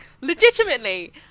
legitimately